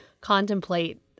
contemplate